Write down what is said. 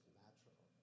natural